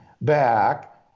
back